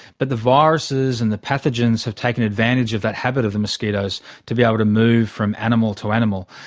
but the viruses and the pathogens have taken advantage of that habit of the mosquitoes to be able to move from animal to animal.